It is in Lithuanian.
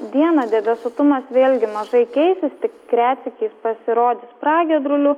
dieną debesuotumas vėlgi mažai keisis tik retsykiais pasirodys pragiedrulių